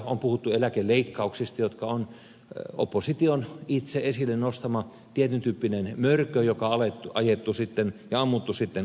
on puhuttu eläkeleikkauksista jotka ovat opposition itse esille nostama tietyn tyyppinen mörkö joka on ammuttu sitten alas täällä